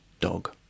Dog